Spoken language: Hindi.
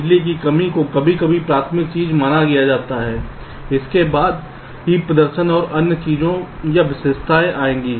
बिजली की कमी को कभी कभी प्राथमिक चीज माना जाता है उसके बाद ही प्रदर्शन और अन्य चीजों वा विशेषताएं आएंगी